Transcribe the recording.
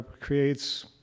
creates